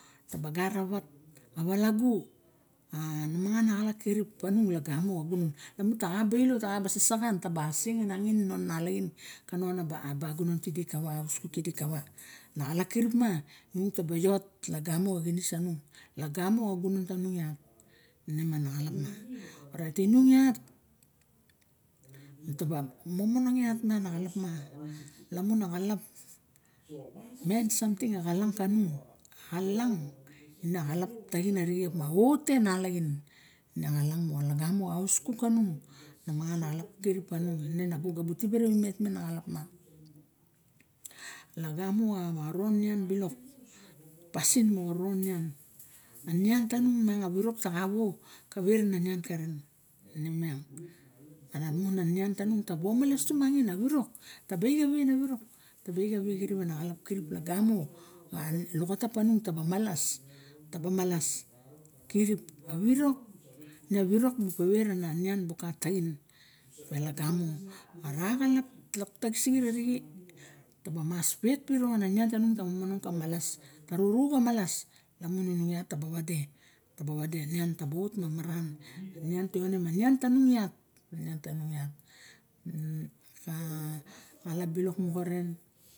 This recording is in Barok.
Taba gar wata walagu a mangan a xalap kirip panung lagamo xa gunon lamun taxa ba ilo ma sasaxan ma seng nangim ka no a baguno e kawa ausuk kidi kawa na xalap kirip ma nu taba oiot hagano xa xinis sanung lagamo xa nunon tanung iat nema na xalap ma orait inung iat nu taba monong mu iat ana xalap ma lamun a xalap main santing a xalang kanung xalang in xalap main samting a xalang kanung xalang in xalap taxin arixw opa a o te nalaxin ne a xalang mo lagamo xa auskuk kanung xalang in xalap taxin arixe opa a o te nalaxin ne a xalang mo langamo xa auskik kanung ana mangan a xedap krip penung i nago bu tibe rawinment me opa lagamo xa von nian bilok pasin moxa ron niang a niang tanung miang a wirok na xa wo kave rana nian karen ine miiang ana niang tanung taba omalas tumangin a wiok taba ixawe na wisrok taba ixawe na xalap kirip a wirok ne a wirok bu pewet ana nian buk taxin iagano raxalap lok taxisixit mas wet pirok ana nian tanung taba momonong ka malas na ruru xa malas lamun inungf iat ta ba wade tabu wade a nian taba of mamaran nian fione? Ma nian tanung iat a xalap bilok maxaren